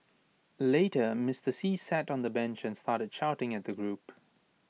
later Mister see sat on A bench and started shouting at the group